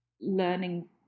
learning